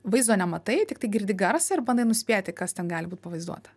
vaizdo nematai tik tai girdi garsą ir bandai nuspėti kas ten gali būt pavaizduota